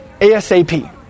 ASAP